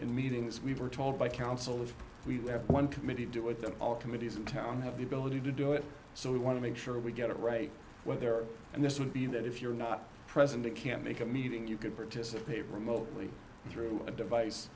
in meetings we were told by counsel if we have one committee do it all committees in town have the ability to do it so we want to make sure we get it right there and this would be that if you're not present it can't make a meeting you could participate remotely through a device